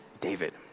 David